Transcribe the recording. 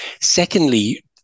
Secondly